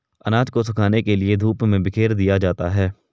अनाज को सुखाने के लिए धूप में बिखेर दिया जाता है